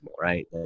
Right